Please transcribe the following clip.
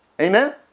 Amen